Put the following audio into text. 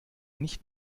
nicht